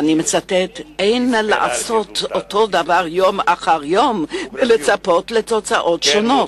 אין לעשות אותו דבר יום אחר יום ולצפות לתוצאות שונות.